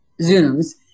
Zooms